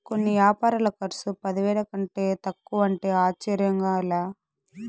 కొన్ని యాపారాల కర్సు పదివేల కంటే తక్కువంటే ఆశ్చర్యంగా లా